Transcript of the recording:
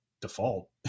default